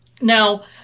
now